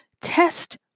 Test